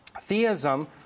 theism